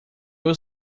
will